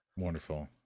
Wonderful